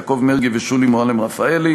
יעקב מרגי ושולי מועלם-רפאלי,